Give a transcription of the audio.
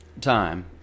time